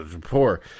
poor